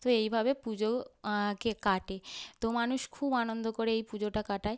তো এই ভাবে পুজো কাটে তো মানুষ খুব আনন্দ করে এই পুজোটা কাটায়